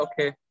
okay